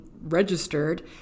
registered